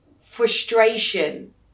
frustration